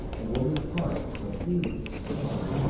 a woman's heart, of feelings, thoughts,